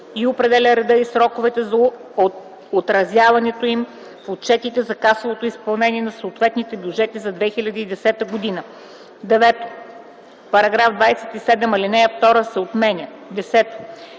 и определя реда и сроковете, за отразяването им в отчетите за касовото изпълнение на съответните бюджети за 2010 г.” 9. В § 27 ал. 2 се отменя. 10.